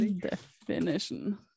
definition